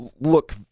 look